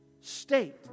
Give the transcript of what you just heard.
state